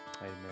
Amen